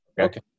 Okay